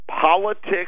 Politics